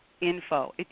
info